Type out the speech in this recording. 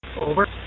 Over